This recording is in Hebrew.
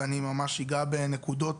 ואני ממש אגע בנקודות